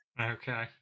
Okay